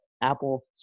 Apple